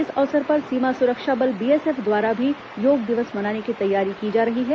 इस अवसर पर सीमा सुरक्षा बल बीएसएफ द्वारा भी योग दिवस मनाने की तैयारी की जा रही है